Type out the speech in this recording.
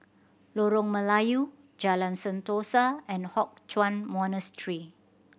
Lorong Melayu Jalan Sentosa and Hock Chuan Monastery